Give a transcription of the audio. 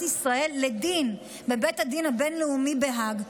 ישראל לדין בבית הדין הבין-לאומי בהאג,